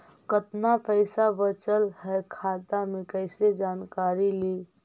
कतना पैसा बचल है खाता मे कैसे जानकारी ली?